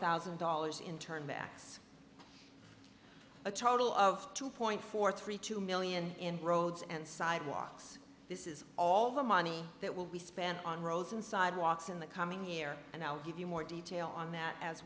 thousand dollars in turn max a total of two point four three two million in roads and sidewalks this is all the money that will be spent on roads and sidewalks in the coming year and i'll give you more detail on that as